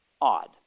odd